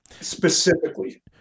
specifically